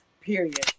period